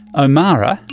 omara,